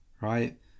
Right